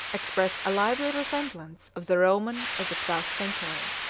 express a lively resemblance of the roman of the twelfth century.